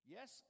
Yes